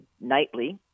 nightly